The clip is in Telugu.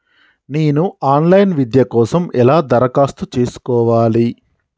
నేను ఆన్ లైన్ విద్య కోసం ఎలా దరఖాస్తు చేసుకోవాలి?